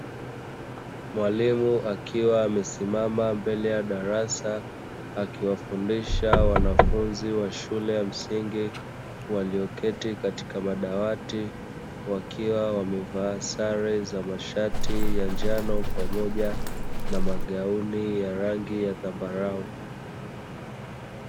Mwalimu akiwa amesimama mbele ya darasa akiwafundisha wanafunzi wa shule ya msingi, walioketi katika madawati wakiwa wamevaa sare za mashati ya njano pamoja na magauni ya rangi ya dhambarau.